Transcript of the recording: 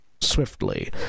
swiftly